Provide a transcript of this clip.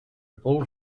bull